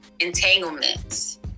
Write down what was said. entanglements